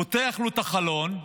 פותח לו את החלון,